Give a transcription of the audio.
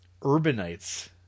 urbanites